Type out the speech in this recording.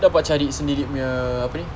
dapat cari sendiri punya apa ni